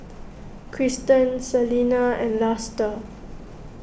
Kristen Salena and Luster